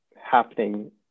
happening